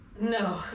No